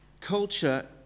Culture